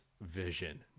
vision